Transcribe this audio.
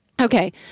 Okay